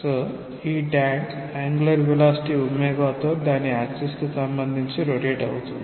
so ఈ tank angular velocity తో దాని యాక్సిస్ కి సంబంధించి రొటేట్ అవుతుంది